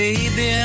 Baby